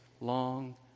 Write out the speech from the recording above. long